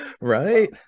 Right